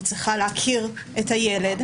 היא צריכה להכיר את הילד,